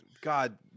God